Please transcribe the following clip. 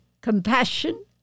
compassion